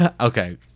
Okay